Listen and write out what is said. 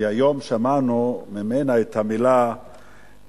כי היום שמענו ממנה את המלה "דה-לגיטימציה"